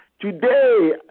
Today